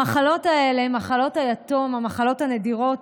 המחלות האלה, מחלות היתום, המחלות הנדירות,